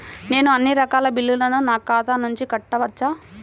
నేను అన్నీ రకాల బిల్లులను నా ఖాతా నుండి కట్టవచ్చా?